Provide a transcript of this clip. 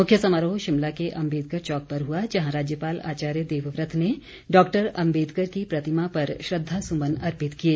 मुख्य समारोह शिमला के अम्बेदकर चौक पर हुआ जहां राज्यपाल आचार्य देवव्रत ने डॉक्टर अम्बेदकर की प्रतिमा पर श्रद्वासुमन अर्पित किए